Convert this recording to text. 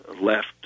left